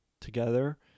together